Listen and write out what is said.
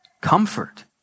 comfort